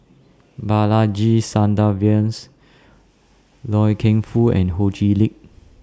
Balaji Sadasivan Loy Keng Foo and Ho Chee Lickd